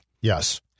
Yes